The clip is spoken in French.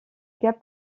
gabe